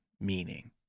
meaning